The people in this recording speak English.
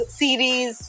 series